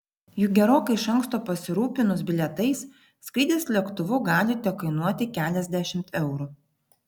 juk gerokai iš anksto pasirūpinus bilietais skrydis lėktuvu gali tekainuoti keliasdešimt eurų